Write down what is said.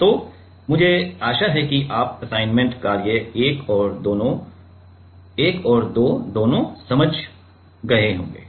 तो मुझे आशा है कि आप असाइनमेंट कार्य 1 और 2 दोनों को समझ गए होंगे